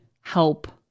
help